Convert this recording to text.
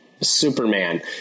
Superman